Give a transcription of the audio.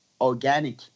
Organic